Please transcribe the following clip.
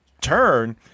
turn